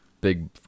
big